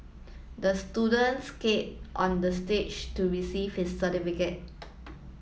the students skated onto the stage to receive his certificate